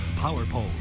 PowerPole